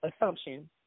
assumption